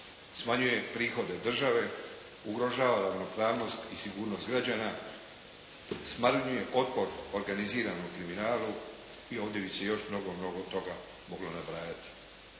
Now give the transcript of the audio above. smanjuje prihode države, ugrožava ravnopravnost i sigurnost građana, smanjuje otpor organiziranom kriminalu i ovdje bi se još mnogo, mnogo toga moglo nabrajati.